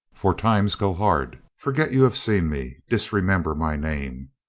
for times go hard. forget you have seen me. disremember my name.